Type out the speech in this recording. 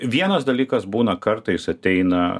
vienas dalykas būna kartais ateina